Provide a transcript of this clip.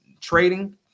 trading